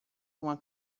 uma